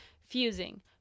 fusing